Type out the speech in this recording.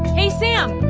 hey sam!